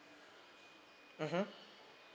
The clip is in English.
mmhmm